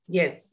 yes